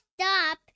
stop